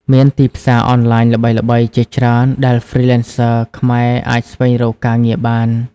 មានទីផ្សារអនឡាញល្បីៗជាច្រើនដែល Freelancers ខ្មែរអាចស្វែងរកការងារបាន។